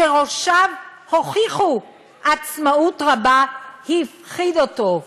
שראשיו הוכיחו עצמאות רבה, הפחיד אותו.